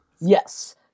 Yes